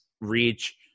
reach